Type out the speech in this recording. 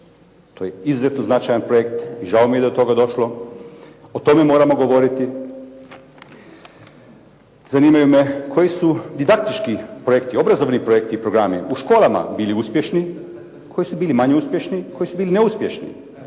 To je izuzetno značajan projekt i žao mi je da je do toga došlo. O tome moramo govoriti. Zanimaju me koji su didaktički projekti, obrazovni projekti i programi u školama bili uspješni, koji su bili manje uspješni, koji su bili neuspješni.